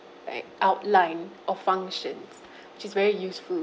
outline or functions which is very useful